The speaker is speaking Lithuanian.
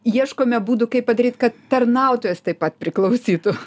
ieškome būdų kaip padaryt kad tarnautojas taip pat priklausytų